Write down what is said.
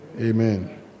Amen